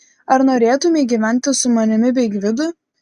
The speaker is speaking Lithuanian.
ar norėtumei gyventi su manimi bei gvidu